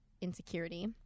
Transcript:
insecurity